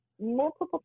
multiple